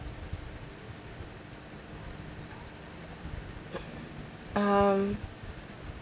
um